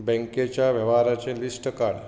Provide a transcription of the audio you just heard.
बँकेच्या वेव्हाराचें लिस्ट काड